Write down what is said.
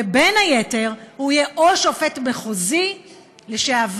ובין היתר הוא יהיה או שופט מחוזי לשעבר